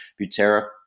Butera